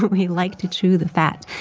but we like to chew the fat,